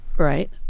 Right